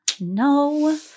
No